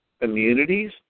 immunities